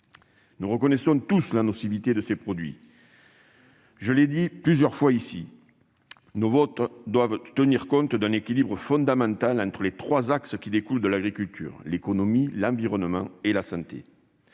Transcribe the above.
Nous reconnaissons tous la nocivité de ces produits. Je l'ai dit plusieurs fois dans cette enceinte, nos votes doivent tenir compte d'un équilibre fondamental entre les trois axes qui découlent de l'agriculture : l'économie, l'environnement et la santé.